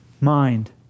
mind